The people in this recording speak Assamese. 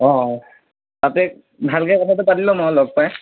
অঁ তাতে ভালকৈ কথাটো পাতি ল'ম আৰু লগ পাই